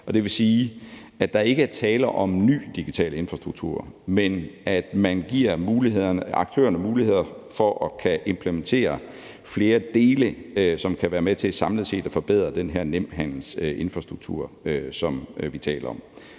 det vil sige, at der ikke er tale om en ny digital infrastruktur, men at man giver aktørerne muligheder for at kunne implementere flere dele, som kan være med til samlet set at forbedre den her Nemhandelsinfrastruktur, som vi taler om.